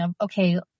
okay